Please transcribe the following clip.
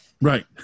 Right